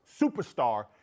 superstar